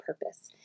purpose